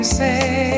say